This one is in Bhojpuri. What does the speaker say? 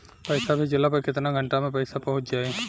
पैसा भेजला पर केतना घंटा मे पैसा चहुंप जाई?